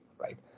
right